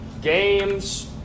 Games